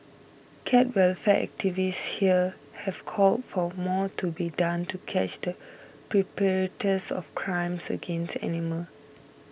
cat welfare activists here have called for more to be done to catch the perpetrators of crimes against animal